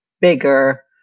bigger